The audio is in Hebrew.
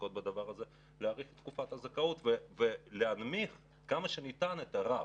שעוסקות בנושא להארכת תקופת הזכאות ולהנמיך כמה שניתן את הרף.